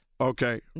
Okay